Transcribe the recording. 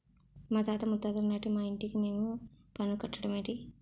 మాతాత ముత్తాతలనాటి మా ఇంటికి మేం పన్ను కట్టడ మేటి